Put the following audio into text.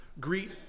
Greet